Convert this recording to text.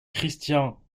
christian